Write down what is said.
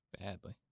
Badly